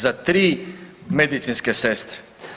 za 3 medicinske sestre.